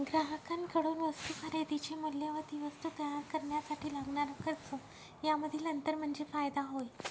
ग्राहकांकडून वस्तू खरेदीचे मूल्य व ती वस्तू तयार करण्यासाठी लागणारा खर्च यामधील अंतर म्हणजे फायदा होय